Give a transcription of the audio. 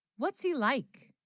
what's he like?